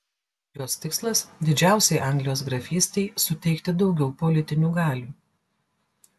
jos tikslas didžiausiai anglijos grafystei suteikti daugiau politinių galių